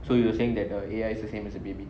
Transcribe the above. so you were saying that the A_I is the same as a baby